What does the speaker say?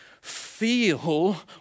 feel